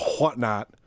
whatnot